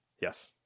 Yes